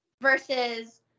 Versus